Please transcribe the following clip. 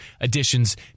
additions